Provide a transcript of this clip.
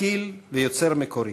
משכיל ויוצר מקורי.